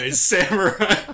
samurai